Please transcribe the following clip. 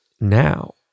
now